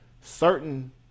certain